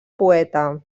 poeta